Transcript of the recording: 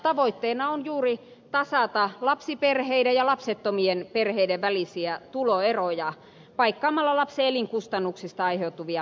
tavoitteena on juuri tasata lapsiperheiden ja lapsettomien perheiden välisiä tuloeroja paikkaamalla lapsen elinkustannuksista aiheutuvia menoja